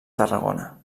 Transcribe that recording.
tarragona